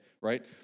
Right